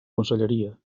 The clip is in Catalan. conselleria